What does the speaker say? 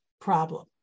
problem